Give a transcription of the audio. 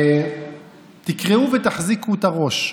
תקראו ותחזיקו את הראש.